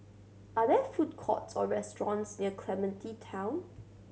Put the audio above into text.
are there food courts or restaurants near Clementi Town